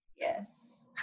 Yes